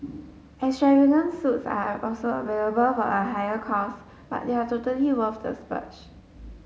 extravagant suites are also available for a higher cost but they are totally worth the splurge